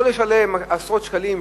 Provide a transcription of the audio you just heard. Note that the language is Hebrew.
הוא יכול לשלם עשרות שקלים,